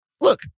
look